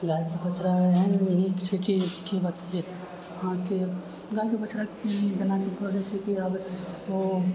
गायके बछड़ा एहन नीक छै कि की बतबिऐ अहाँकेँ गायके बछड़ा जेनाकि कहल जाइत छै आब ओ